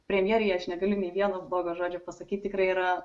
premjerei aš negaliu nei vieno blogo žodžio pasakyt tikrai yra